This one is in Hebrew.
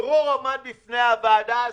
דרור שטרום עמד בפני הוועדה הזאת,